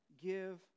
give